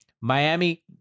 Miami